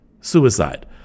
Suicide